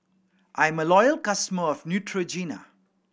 I'm a loyal customer of Neutrogena